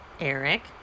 Eric